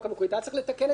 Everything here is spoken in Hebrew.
היה צריך לתקן את החוק.